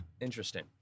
Interesting